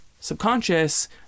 subconscious